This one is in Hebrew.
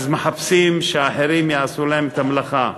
אז מחפשים שאחרים יעשו להם את המלאכה.